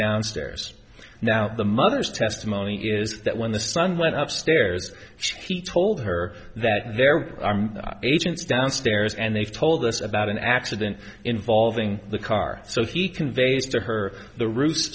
downstairs now the mother's testimony is that when the son went upstairs he told her that there are agents downstairs and they've told us about an accident involving the car so he conveys to her the roost